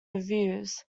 reviews